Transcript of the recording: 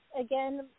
again